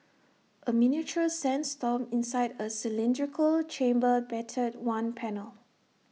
A miniature sandstorm inside A cylindrical chamber battered one panel